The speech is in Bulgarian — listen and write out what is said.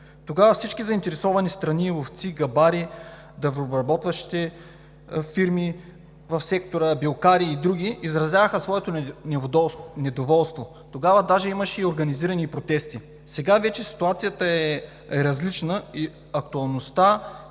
тогава всички заинтересовани страни – ловци, гъбари, дървообработващите фирми в сектора, билкари и други, изразяваха своето недоволство. Тогава даже имаше и организирани протести. Сега вече ситуацията е различна и актуалността